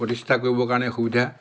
প্ৰতিষ্ঠা কৰিবৰ কাৰণে সুবিধা